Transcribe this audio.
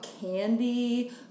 candy